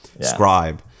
scribe